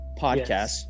Podcast